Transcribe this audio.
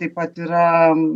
taip pat yra